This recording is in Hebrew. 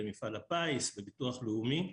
במפעל הפיס או בביטוח לאומי.